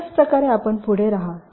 अशाच प्रकारे आपण पुढे रहा